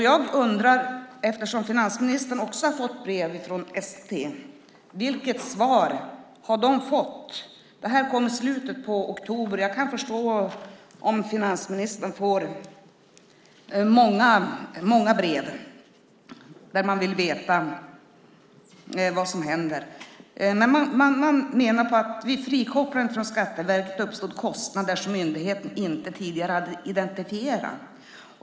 Jag undrar, eftersom finansministern också har fått brev från ST, vilket svar de har fått. Brevet kom i slutet av oktober, och jag kan förstå om finansministern får många brev där man vill veta vad som händer. Man menar att vid frikopplingen från Skatteverket uppstod kostnader som myndigheten tidigare inte hade identifierat.